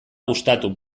gustatu